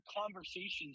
conversations